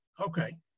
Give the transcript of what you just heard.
Okay